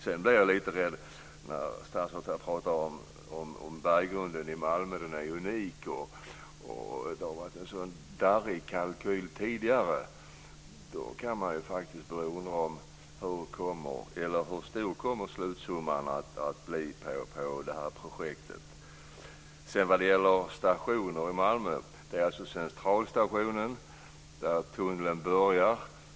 Jag blev lite rädd när statsrådet pratade om berggrunden i Malmö - att den är unik och att det varit en så darrig kalkyl tidigare. Då kan man faktiskt undra hur stor slutsumman för projektet kommer att bli. När det gäller stationer i Malmö gäller det alltså Centralstationen där tunneln börjar.